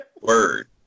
word